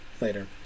later